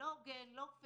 זה לא הוגן, לא פייר.